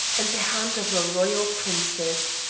and the hand of a royal princess.